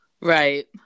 Right